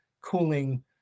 cooling